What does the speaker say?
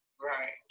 Right